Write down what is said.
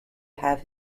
have